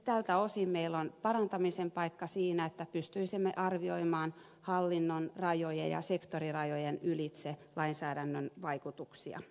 tältä osin meillä on parantamisen paikka siinä että pystyisimme arvioimaan hallinnon rajojen ja sektorirajojen ylitse lainsäädännön vaikutuksia